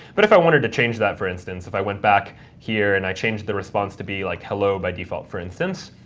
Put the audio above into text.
but if i wanted to change that, for instance, if i went back here and i changed the response to be like hello by default, for instance,